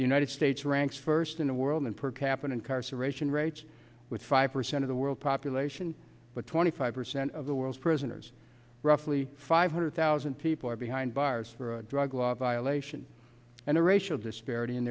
the united states ranks first in the world in per capita incarceration rates with five percent of the world's population but twenty five percent of the world's prisoners roughly five hundred thousand people are behind bars drug law violation and a racial disparity in